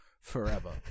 forever